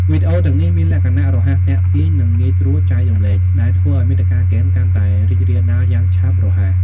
វីដេអូទាំងនេះមានលក្ខណៈរហ័សទាក់ទាញ និងងាយស្រួលចែករំលែក ដែលធ្វើឱ្យមាតិកាហ្គេមកាន់តែរីករាលដាលយ៉ាងឆាប់រហ័ស។